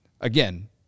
Again